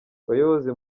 bayobozi